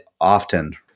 often